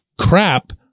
crap